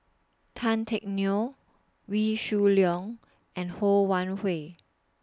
Tan Teck Neo Wee Shoo Leong and Ho Wan Hui